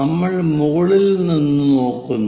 നമ്മൾ മുകളിൽ നിന്ന് നോക്കുന്നു